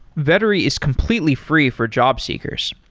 vettery is completely free for job seekers.